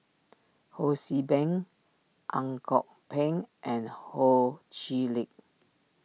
Ho See Beng Ang Kok Peng and Ho Chee Lick